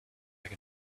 back